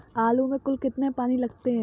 आलू में कुल कितने पानी लगते हैं?